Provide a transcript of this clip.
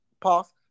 Pause